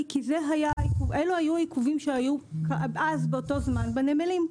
כי אלה היו העיכובים שהיו אז באותו זמן בנמלים.